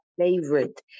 favorite